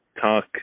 talk